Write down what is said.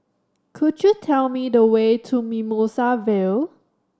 could you tell me the way to Mimosa Vale